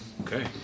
Okay